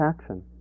action